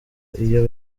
iyo